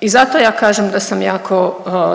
I zato ja kažem da sam jako